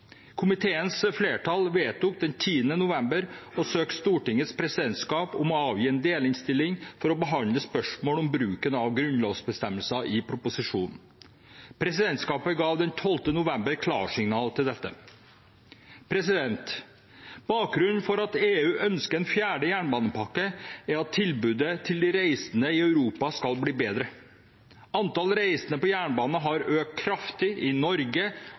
Komiteens flertall vedtok den 10. november å søke Stortingets presidentskap om å avgi en delinnstilling for å behandle spørsmål om bruken av grunnlovsbestemmelser i proposisjonen. Presidentskapet ga den 12. november klarsignal til dette. Bakgrunnen for at EU ønsker en fjerde jernbanepakke, er at tilbudet til de reisende i Europa skal bli bedre. Antall reisende på jernbanen har økt kraftig i Norge